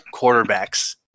quarterbacks